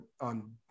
on